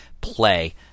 play